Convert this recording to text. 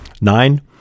Nine